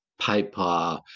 paper